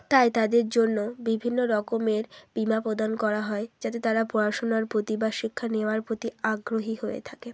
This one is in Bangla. তাই তাদের জন্য বিভিন্ন রকমের বিমা প্রদান করা হয় যাতে তারা পড়াশোনার প্রতি বা শিক্ষা নেওয়ার প্রতি আগ্রহী হয়ে থাকে